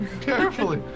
Carefully